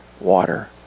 water